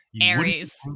Aries